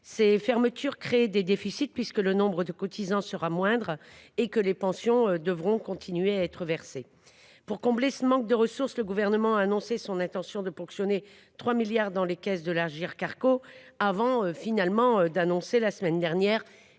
Ces fermetures créent des déficits, puisque le nombre de cotisants sera moindre et que les pensions devront continuer à être versées. Pour combler ce manque de ressources, le Gouvernement a annoncé son intention de ponctionner 3 milliards d’euros dans les caisses de l’Agirc Arrco, avant finalement d’annoncer la semaine dernière